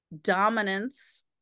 dominance